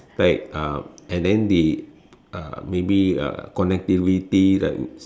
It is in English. right uh and then the uh maybe uh connectivity like